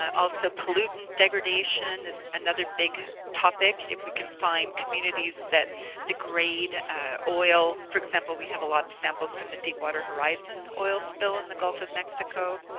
also pollutant degradation is another big topic, if we can find communities that degrade ah oil. for example, we have a lot of samples from the deepwater horizon oil spill in the gulf of mexico.